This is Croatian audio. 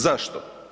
Zašto?